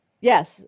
yes